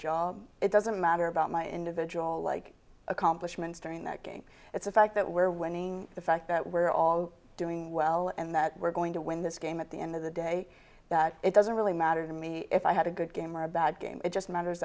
job it doesn't matter about my individual like accomplishments during that game it's a fact that we're winning the fact that we're all doing well and that we're going to win this game at the end of the day it doesn't really matter to me if i had a good game or a bad game it just matters